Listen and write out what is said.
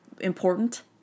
important